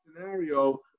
scenario